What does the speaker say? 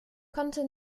konnte